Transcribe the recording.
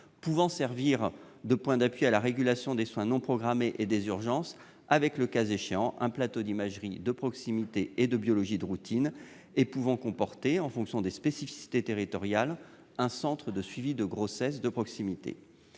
pouvant servir de point d'appui à la régulation des soins non programmés et des urgences, avec le cas échéant un plateau d'imagerie de proximité et de biologie de routine, et pouvant comporter, en fonction des spécificités territoriales, un centre de suivi de grossesse de proximité